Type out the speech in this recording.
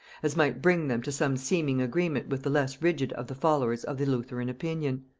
as might bring them to some seeming agreement with the less rigid of the followers of the lutheran opinion.